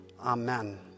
Amen